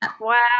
Wow